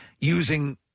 using